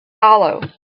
hollow